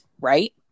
right